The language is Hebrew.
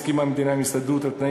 הסכימה המדינה עם ההסתדרות על תנאים